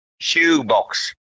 Shoebox